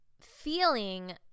feeling